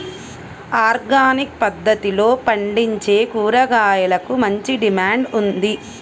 organic పద్దతిలో పండించే కూరగాయలకు మంచి డిమాండ్ ఉంది